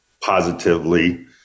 positively